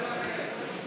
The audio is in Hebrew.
עליתי לכאן בשביל משפט אחד: